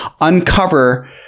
uncover